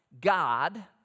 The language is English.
God